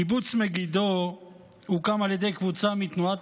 קיבוץ מגידו הוקם על ידי קבוצה מתנועת